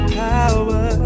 power